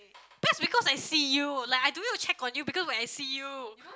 that's because I see you like I don't need to check on you because when I see you